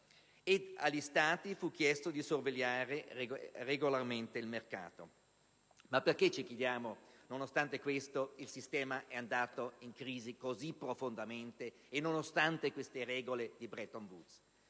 agli Stati fu chiesto di sorvegliare regolarmente il mercato. Ma perché, ci chiediamo, nonostante questo il sistema è andato in crisi così profondamente, e nonostante le regole di Bretton Woods?